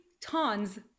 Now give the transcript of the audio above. tons